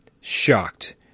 shocked